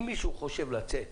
אם מישהו חושב לצאת